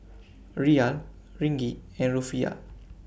Riyal Ringgit and Rufiyaa